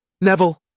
Neville